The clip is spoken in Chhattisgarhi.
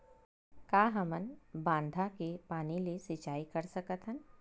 का हमन बांधा के पानी ले सिंचाई कर सकथन?